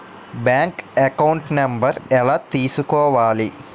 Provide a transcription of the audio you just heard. Bank account number ఎలా తీసుకోవాలి?